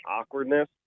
awkwardness